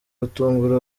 gutungura